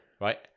Right